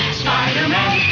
spider-man